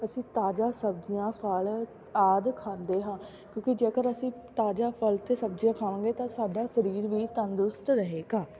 ਅਸੀਂ ਤਾਜ਼ਾ ਸਬਜ਼ੀਆਂ ਫਲ਼ ਆਦਿ ਖਾਂਦੇ ਹਾਂ ਕਿਉਂਕਿ ਜੇਕਰ ਅਸੀਂ ਤਾਜ਼ਾ ਫਲ਼ ਅਤੇ ਸਬਜ਼ੀਆਂ ਖਾਵਾਂਗੇ ਤਾਂ ਸਾਡਾ ਸਰੀਰ ਵੀ ਤੰਦਰੁਸਤ ਰਹੇਗਾ